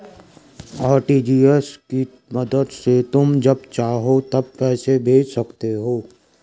RTGS की मदद से तुम जब चाहो तब पैसे भेज सकते हो